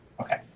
okay